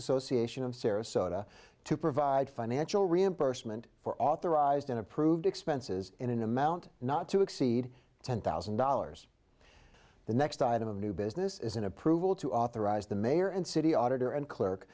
association of sarasota to provide financial reimbursement for authorized and approved expenses in an amount not to exceed ten thousand dollars the next item of new business is an approval to authorize the mayor and city auditor and clerk